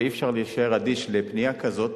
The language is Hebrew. ואי-אפשר להישאר אדיש לפנייה כזאת.